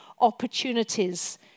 opportunities